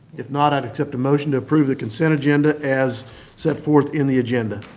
if not, i'd accept a motion to approve the consent agenda as set forth in the agenda.